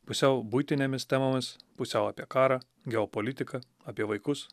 pusiau buitinėmis temomis pusiau apie karą geopolitiką apie vaikus